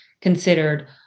considered